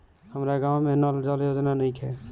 हमारा गाँव मे नल जल योजना नइखे?